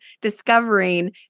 discovering